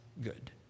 good